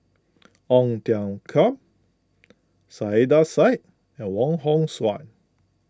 Ong Tiong Khiam Saiedah Said and Wong Hong Suen